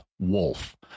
Wolf